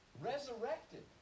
Resurrected